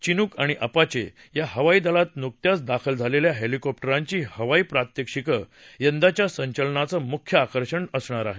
Chinook आणि Apache या हवाई दलात नुकत्याच दाखल झालेल्या हेलिकॉप्टरांची हवाई प्रात्यक्षिकं यंदाच्या संचलनाचं मुख्य आकर्षण असणार आहे